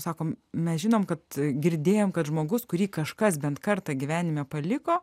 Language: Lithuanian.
sakom mes žinom kad girdėjom kad žmogus kurį kažkas bent kartą gyvenime paliko